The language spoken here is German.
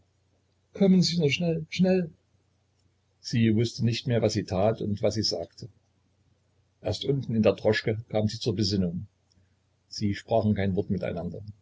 kommen sie nur schnell schnell sie wußte nicht mehr was sie tat und was sie sagte erst unten in der droschke kam sie zur besinnung sie sprachen kein wort